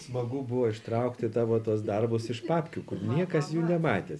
smagu buvo ištraukti tavo tuos darbus iš papkių kur niekas jų nematęs